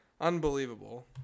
Unbelievable